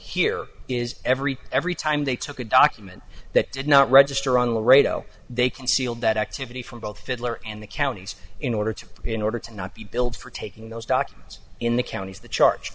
here is every every time they took a document that did not register on the radio they concealed that activity from both fiddler and the counties in order to in order to not be billed for taking those documents in the counties the charge